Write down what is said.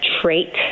trait